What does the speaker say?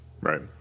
Right